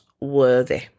worthy